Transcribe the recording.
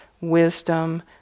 wisdom